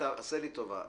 עשה לי טובה,